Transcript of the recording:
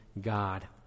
God